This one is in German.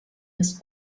des